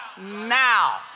now